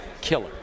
killer